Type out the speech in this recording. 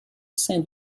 sein